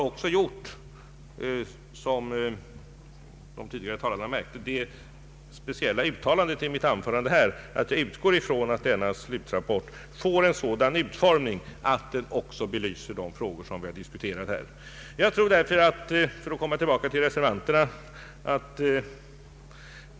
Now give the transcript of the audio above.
avveckling av Marvikenprojektet så — som de tidigare talarna här märkte — gjort det speciella uttalandet i mitt anförande att jag utgår ifrån att denna slutrapport får en sådan utformning att den också belyser de frågor som vi här diskuterat.